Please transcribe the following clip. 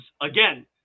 again